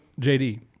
JD